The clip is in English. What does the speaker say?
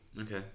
Okay